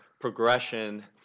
progression